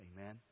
Amen